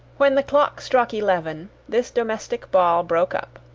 when the clock struck eleven, this domestic ball broke up.